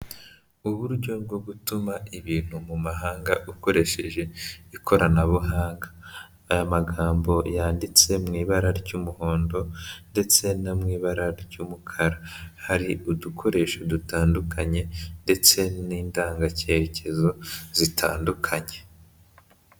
Uburyo bwo gutuma ibintu mu mahanga ukoresheje ikoranabuhanga, aya magambo yanditse mu ibara ry'umuhondo ndetse no mu ibara ry'umukara, hari udukoresho dutandukanye ndetse n'indangacyerekezo zitandukanye.